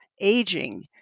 aging